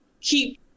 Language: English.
keep